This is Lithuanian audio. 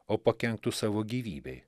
o pakenktų savo gyvybei